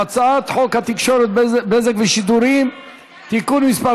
הצעת חוק התקשורת בזק ושידורים (תיקון מס'